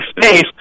space